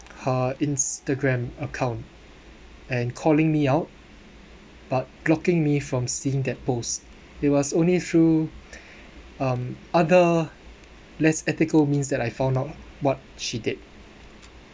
her instagram account and calling me out but blocking me from seeing that post it was only through um other less ethical means that I found out what she did